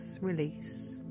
release